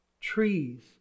trees